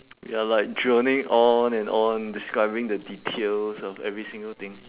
you're like droning on and on describing the details of every single thing